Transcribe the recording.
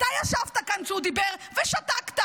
אתה ישבת כאן כשהוא דיבר ושתקת.